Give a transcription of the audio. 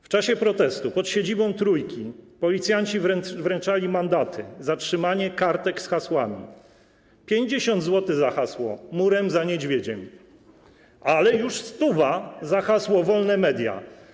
W czasie protestu pod siedzibą Trójki policjanci wręczali mandaty za trzymanie kartek z hasłami: 50 zł za hasło „Murem za Niedźwiedziem”, ale już stówa za hasło „Wolne media”